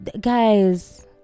guys